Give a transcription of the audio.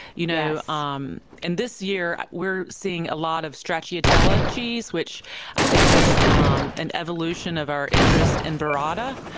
you know um and this year, we're seeing a lot of stracciatella cheese, which i think is um an evolution of our interest in burrata.